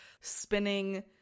spinning